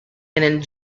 and